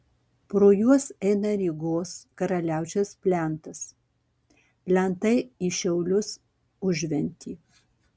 pro juos eina rygos karaliaučiaus plentas plentai į šiaulius užventį